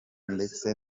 ndetse